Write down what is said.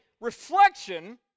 reflection